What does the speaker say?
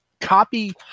copy